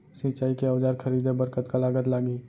सिंचाई के औजार खरीदे बर कतका लागत लागही?